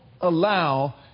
allow